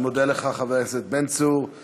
אני מודה לך, חבר הכנסת בן צור.